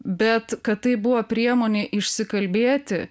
bet kad tai buvo priemonė išsikalbėti